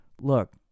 Look